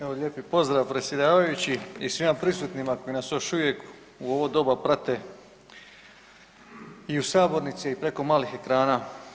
Evo lijepi pozdrav predsjedavajući i svima prisutnima koji nas još uvijek u ovo doba prate i u sabornici i preko malih ekrana.